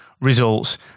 results